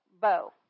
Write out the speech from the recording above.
bow